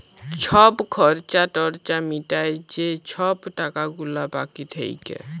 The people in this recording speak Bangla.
ছব খর্চা টর্চা মিটায় যে ছব টাকা গুলা বাকি থ্যাকে